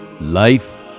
Life